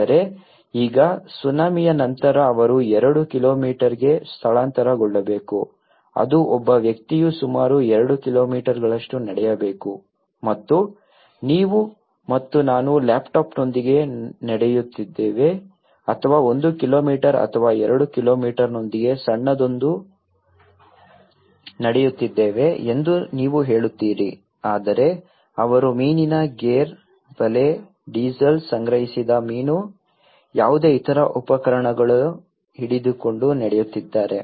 ಆದರೆ ಈಗ ಸುನಾಮಿಯ ನಂತರ ಅವರು ಎರಡು ಕಿಲೋಮೀಟರ್ಗೆ ಸ್ಥಳಾಂತರಗೊಳ್ಳಬೇಕು ಅದು ಒಬ್ಬ ವ್ಯಕ್ತಿಯು ಸುಮಾರು 2 ಕಿಲೋಮೀಟರ್ಗಳಷ್ಟು ನಡೆಯಬೇಕು ಮತ್ತು ನೀವು ಮತ್ತು ನಾನು ಲ್ಯಾಪ್ಟಾಪ್ನೊಂದಿಗೆ ನಡೆಯುತ್ತಿದ್ದೇವೆ ಅಥವಾ ಒಂದು ಕಿಲೋಮೀಟರ್ ಅಥವಾ ಎರಡು ಕಿಲೋಮೀಟರ್ನೊಂದಿಗೆ ಸಣ್ಣದೊಂದು ನಡೆಯುತ್ತಿದ್ದೇವೆ ಎಂದು ನೀವು ಹೇಳುತ್ತೀರಿ ಆದರೆ ಅವರು ಮೀನಿನ ಗೇರ್ ಬಲೆ ಡೀಸೆಲ್ ಸಂಗ್ರಹಿಸಿದ ಮೀನು ಯಾವುದೇ ಇತರ ಉಪಕರಣಗಳು ಹಿಡಿದುಕೊಂಡು ನಡೆಯುತ್ತಿದ್ದಾರೆ